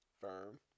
Firm